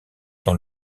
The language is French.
dans